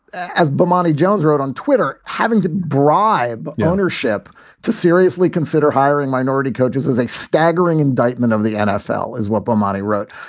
as bomani jones wrote on twitter, having to bribe the ownership to seriously consider hiring minority coaches is a staggering indictment of the nfl, is what bomani wrote.